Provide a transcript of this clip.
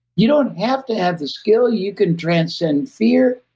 you don't have to have the skill. you can transcend fear.